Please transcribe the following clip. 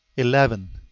eleven.